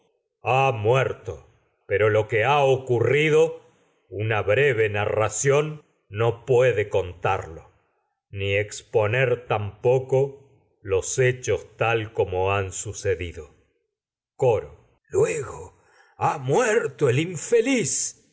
ha muerto lo que ha ocurria edipo tragedias de sófocles do una breve narración no puede contarlo ni exponer tampoco los hechos t tal como han sucedido coro el luego ha muerto el infeliz